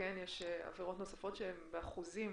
יש עבירות נוספות שבאחוזים